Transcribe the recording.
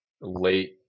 late